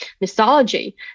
mythology